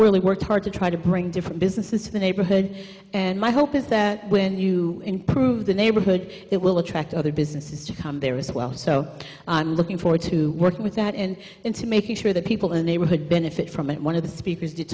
really worked hard to try to bring different businesses to the neighborhood and my hope is that when you improve the neighborhood it will attract other businesses to come there as well so on looking forward to working with that and into making sure that people the neighborhood benefit from one of the speakers t